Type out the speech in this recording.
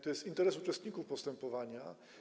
To jest interes uczestników postępowania.